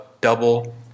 double